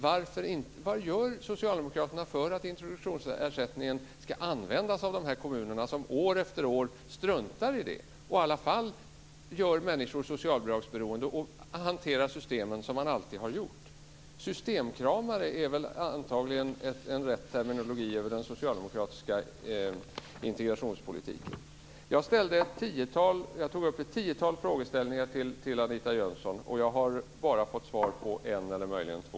Vad gör socialdemokraterna för att introduktionsersättningen ska användas av kommunerna som år efter år struntar i det, hanterar systemen som de alltid har gjort och gör människor socialbidragsberoende. "Systemkramare" är antagligen en rätt terminologi över den socialdemokratiska integrationspolitiken. Jag ställde ett tiotal frågor till Anita Jönsson. Jag har bara fått svar på en eller möjligen två.